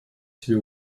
себе